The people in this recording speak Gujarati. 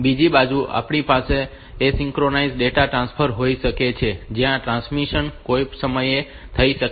બીજી બાજુ આપણી પાસે એસિન્ક્રોનસ ડેટા ટ્રાન્સફર હોઈ શકે છે જ્યાં ટ્રાન્સમિશન કોઈપણ સમયે થઈ શકે છે